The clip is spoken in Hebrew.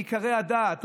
בעיקרי הדת,